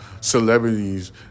celebrities